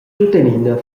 tuttenina